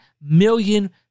million